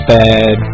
bad